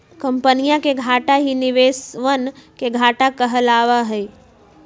कम्पनीया के घाटा ही निवेशवन के घाटा कहलावा हई